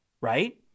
Right